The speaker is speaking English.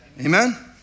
Amen